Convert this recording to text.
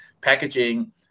packaging